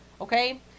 Okay